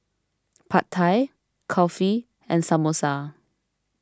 Pad Thai Kulfi and Samosa